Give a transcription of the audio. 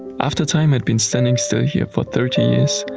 after time had been standing still here for thirty years,